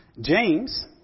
James